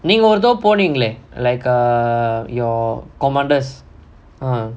நீங்க ஒரு தடவ போனீங்களே:neenga oru thadava poneengalae like your commanders